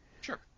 Sure